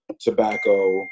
tobacco